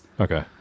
Okay